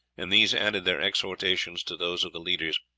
and these added their exhortations to those of the leaders,